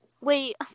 Wait